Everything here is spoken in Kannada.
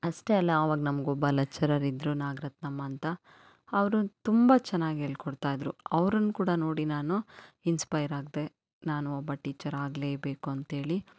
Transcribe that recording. ಅಷ್ಟೇ ಅಲ್ಲ ಆವಾಗ ನಮ್ಗೆ ಒಬ್ಬ ಲೆಕ್ಚರರ್ ಇದ್ದರು ನಾಗರತ್ನಮ್ಮ ಅಂತ ಅವರು ತುಂಬ ಚೆನ್ನಾಗಿ ಹೇಳ್ಕೊಡ್ತಾಯಿದ್ರು ಅವ್ರನ್ನು ಕೂಡ ನೋಡಿ ನಾನು ಇನ್ಸ್ಪೈರ್ ಆದೆ ನಾನು ಒಬ್ಬ ಟೀಚರ್ ಆಗಲೇ ಬೇಕು ಅಂತ್ಹೇಳಿ